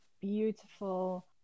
beautiful